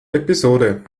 episode